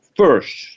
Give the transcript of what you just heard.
First